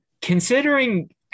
Considering